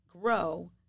grow